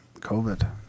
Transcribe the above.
COVID